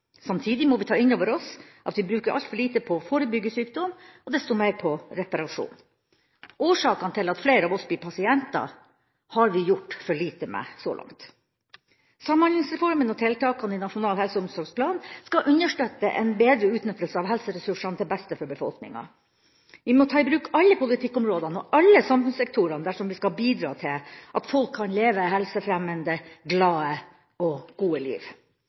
Samtidig må vi ta inn over oss at vi bruker altfor lite på å forebygge sykdom og desto mer på reparasjon. Årsakene til at flere av oss blir pasienter, har vi gjort for lite med så langt. Samhandlingsreformen og tiltakene i Nasjonal helse- og omsorgsplan skal understøtte en bedre utnyttelse av helseressursene, til beste for befolkninga. Vi må ta i bruk alle politikkområdene og alle samfunnssektorene dersom vi skal bidra til at folk kan leve helsefremmende, glade og gode liv.